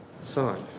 son